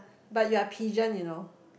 but you are pigeon you know